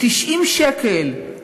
90 שקל,